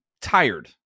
tired